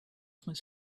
must